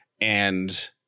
and-